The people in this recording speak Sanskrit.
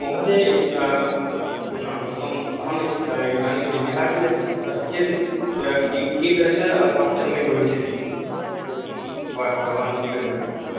महोदय किं नाम मम् अहं इदानीं विद्यार्थिः अस् अस्ति चेत् किदृश अकौण्ट् सम्यक् भविष्यति इति भवान्